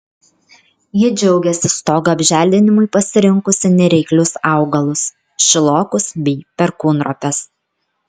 ji džiaugiasi stogo apželdinimui pasirinkusi nereiklius augalus šilokus bei perkūnropes